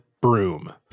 broom